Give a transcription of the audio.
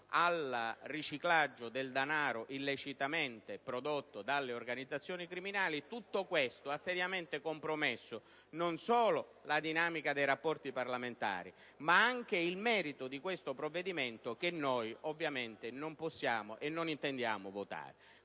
al riciclaggio del denaro illecitamente prodotto dalle organizzazioni criminali), ha seriamente compromesso non solo la dinamica dei rapporti parlamentari, ma anche il merito di questo provvedimento che ovviamente non possiamo e non intendiamo votare.